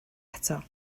eto